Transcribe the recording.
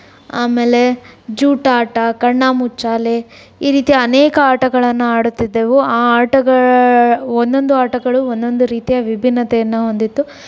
ಆಮೇಲೆ ಜೂಟಾಟ ಕಣ್ಣಾಮುಚ್ಚಾಲೆ ಈ ರೀತಿ ಅನೇಕ ಆಟಗಳನ್ನು ಆಡುತ್ತಿದ್ದೆವು ಆ ಆಟಗ ಒಂದೊಂದು ಆಟಗಳು ಒಂದೊಂದು ರೀತಿಯ ವಿಭಿನ್ನತೆಯನ್ನು ಹೊಂದಿತ್ತು